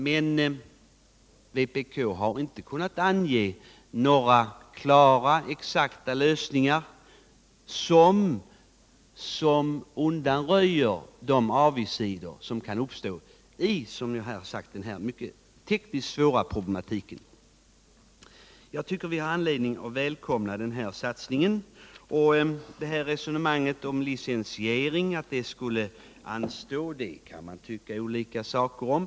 Men vpk har inte kunnat ange några klara, exakta lösningar som undanröjer de avigsidor som kan uppstå på grund av denna tekniskt mycket svåra problematik. Jag tycker vi har anledning att välkomna den här satsningen. Att licensieringen skulle kunna anstå kan man naturligtvis ha olika åsikter om.